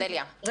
אודליה,